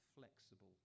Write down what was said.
flexible